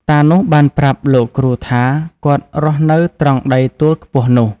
តានោះបានប្រាប់លោកគ្រូថាគាត់រស់នៅត្រង់ដីទួលខ្ពស់នោះ ។